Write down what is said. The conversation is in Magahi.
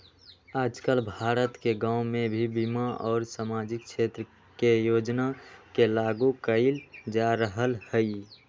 आजकल भारत के गांव में भी बीमा और सामाजिक क्षेत्र के योजना के लागू कइल जा रहल हई